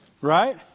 Right